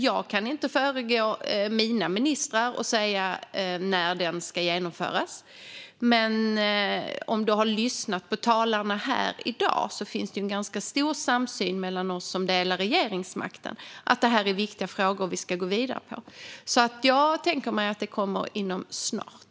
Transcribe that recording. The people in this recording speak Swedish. Jag kan inte föregripa mina ministrar och säga när den ska genomföras. Men om ledamoten har lyssnat på talarna här i dag vet han att det finns en ganska stor samsyn mellan oss som delar på regeringsmakten om att detta är viktiga frågor som vi ska gå vidare med. Jag tänker mig därför att den kommer snart.